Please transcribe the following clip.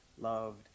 loved